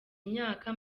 imyaka